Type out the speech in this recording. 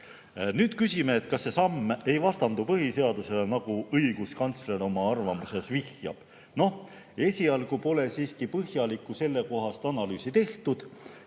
öelda. Küsime, kas see samm ei vastandu põhiseadusele, nagu õiguskantsler oma arvamuses vihjab. Esialgu pole siiski põhjalikku sellekohast analüüsi tehtud